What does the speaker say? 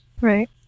right